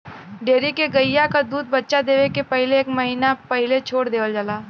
dairy के गइया क दूध बच्चा देवे के पहिले एक महिना पहिले छोड़ देवल जाला